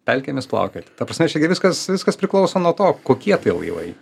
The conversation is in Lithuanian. pelkėmis plaukiot ta prasme čia igi viskas viskas priklauso nuo to kokie tai laivai